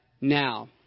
now